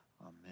amen